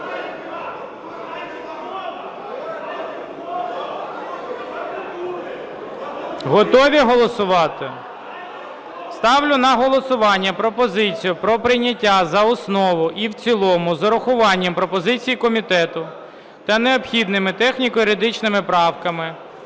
Готові голосувати? Ставлю на голосування пропозицію про прийняття за основу і в цілому з урахуванням пропозицій комітету та необхідними техніко-юридичними правками